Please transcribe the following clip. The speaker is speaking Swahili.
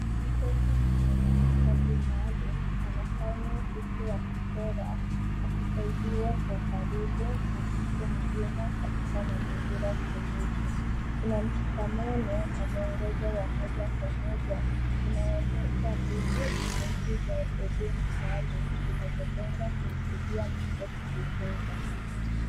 Mtoto mwenye mahitaji maalum anafanya shughuli ya kuchora akisaisdiwa kwa karibu na mtu mzima katika mazingira tulivu. Kuna mshikamano na mwongozo wa moja kwa moja inaoonyesha mbinu jumuishi za elimu maalum zinazolenga kumsaidia mtoto kujifunza.